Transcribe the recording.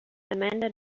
amanda